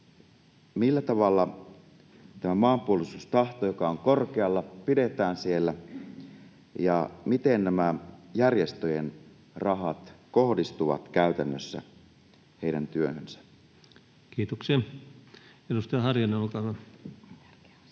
Millä tavalla tämä maanpuolustustahto, joka on korkealla, pidetään siellä? Ja miten nämä järjestöjen rahat kohdistuvat käytännössä heidän työhönsä? [Speech 142] Speaker: Ensimmäinen